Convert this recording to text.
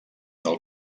del